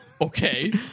okay